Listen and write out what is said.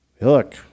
Look